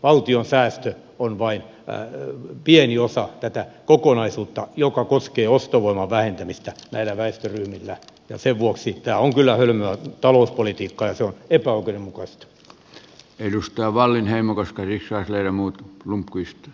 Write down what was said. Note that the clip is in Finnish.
valtion säästö on vain pieni osa tätä kokonaisuutta joka koskee ostovoiman vähentämistä näissä väestöryhmissä ja sen vuoksi se on kyllä hölmöä talouspolitiikkaa ja se on epäoikeudenmukaista